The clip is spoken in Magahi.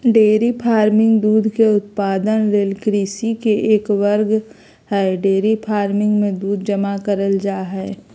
डेयरी फार्मिंग दूध के उत्पादन ले कृषि के एक वर्ग हई डेयरी फार्मिंग मे दूध जमा करल जा हई